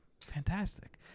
Fantastic